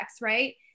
right